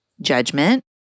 judgment